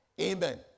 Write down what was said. Amen